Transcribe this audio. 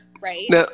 right